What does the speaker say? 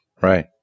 Right